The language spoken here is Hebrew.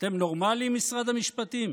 אתם נורמליים, משרד המשפטים?